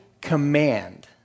command